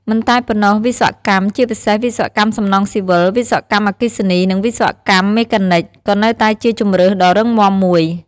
មិនតែប៉ុណ្ណោះ វិស្វកម្ម ជាពិសេសវិស្វកម្មសំណង់ស៊ីវិល វិស្វកម្មអគ្គិសនី និងវិស្វកម្មមេកានិច ក៏នៅតែជាជម្រើសដ៏រឹងមាំមួយ។